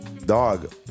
Dog